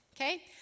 Okay